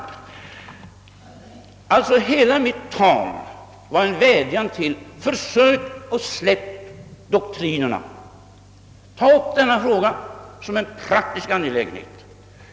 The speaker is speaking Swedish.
Hela mitt tal var alltså en vädjan: försök att släppa doktrinerna — ta upp denna fråga som en praktisk angelägenhet!